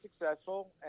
successful